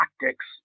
tactics